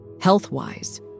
Health-wise